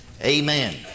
Amen